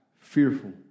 fearful